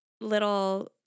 little